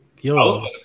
yo